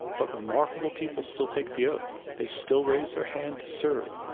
but remarkable people still take the oath. they still raise their hand to serve.